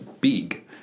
big